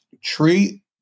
treat